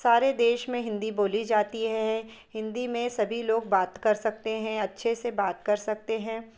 सारे देश में हिंदी बोली जाती है हिंदी में सभी लोग बात कर सकते हैं अच्छे से बात कर सकते हैं